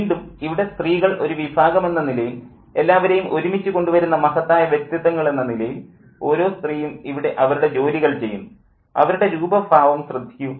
വീണ്ടും ഇവിടെ സ്ത്രീകൾ ഒരു വിഭാഗമെന്ന നിലയിൽ എല്ലാവരേയും ഒരുമിച്ചു കൊണ്ടുവരുന്ന മഹത്തായ വ്യക്തിത്വങ്ങൾ എന്ന നിലയിൽ ഓരോ സ്ത്രീയും ഇവിടെ അവരുടെ ജോലികൾ ചെയ്യുന്നു അവരുടെ രൂപഭാവം ശ്രദ്ധിക്കൂ